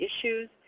issues